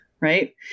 right